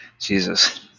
jesus